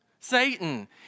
Satan